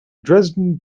dresden